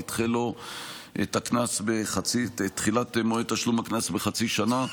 נדחה לו את תחילת מועד תשלום הקנס בחצי שנה.